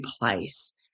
place